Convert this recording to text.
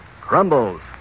Crumbles